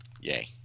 Yay